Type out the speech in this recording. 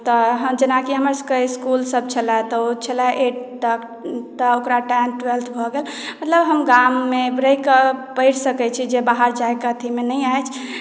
हँ तऽ जेनाकि हमर सभके इसकुल सभ छल तऽ वो छलए तऽ ओकरा टेन टुयेल्व तक भऽ गेल मतलब हम गाममे रहिकऽ पढ़ि सकै छी जे बाहर जाय के एथी मे नहि अछि